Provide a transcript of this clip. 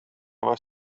was